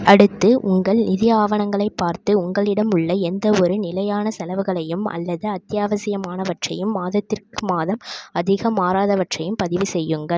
அடுத்து உங்கள் நிதி ஆவணங்களைப் பார்த்து உங்களிடம் உள்ள எந்தவொரு நிலையான செலவுகளையும் அல்லது அத்தியாவசியமானவற்றையும் மாதத்திற்கு மாதம் அதிகம் மாறாதவற்றையும் பதிவு செய்யுங்கள்